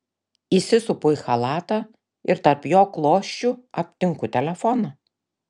įsisupu į chalatą ir tarp jo klosčių aptinku telefoną